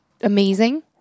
amazing